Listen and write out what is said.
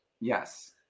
Yes